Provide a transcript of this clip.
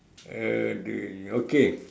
!aduh! okay